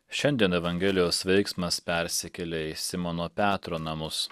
šiandien evangelijos veiksmas persikelia į simono petro namus